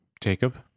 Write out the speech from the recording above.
Jacob